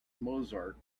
mozart